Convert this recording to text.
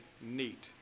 neat